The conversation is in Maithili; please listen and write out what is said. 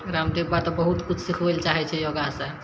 रामदेव बाबा तऽ बहुत किछु सिखबै लऽ चाहैत छै योगासँ